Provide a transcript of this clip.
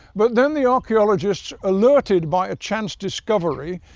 but then the archaeologists, alerted by a chance discovery,